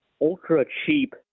ultra-cheap